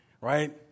right